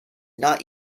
not